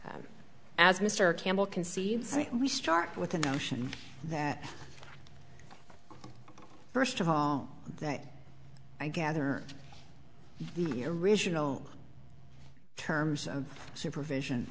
as mr campbell concedes we start with the notion that first of all that i gather the original terms of supervision